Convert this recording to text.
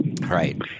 Right